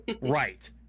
Right